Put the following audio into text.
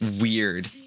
weird